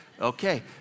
Okay